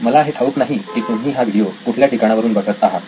मला हे ठाऊक नाही की तुम्ही हा व्हिडीओ कुठल्या ठिकाणावरून बघत आहात